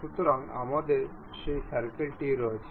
সুতরাং আমাদের সেই সার্কেলটি রয়েছে